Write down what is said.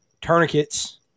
tourniquets